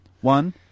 one